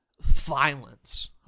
violence